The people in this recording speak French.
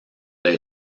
les